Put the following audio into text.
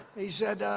he said,